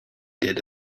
did